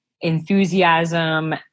enthusiasm